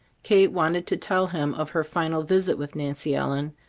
kate wanted to tell him of her final visit with nancy ellen,